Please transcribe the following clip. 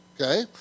Okay